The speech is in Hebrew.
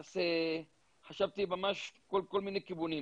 עכשיו, מה היופי בזה?